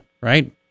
right